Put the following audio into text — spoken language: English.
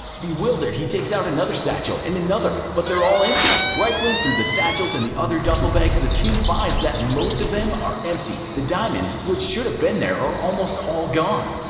bewildered, he takes out another satchel, and another, but they are all empty. rifling through the satchels in the other duffel bags the team finds that most of them are empty the diamonds which should have been there are almost all gone!